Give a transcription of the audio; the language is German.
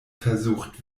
versucht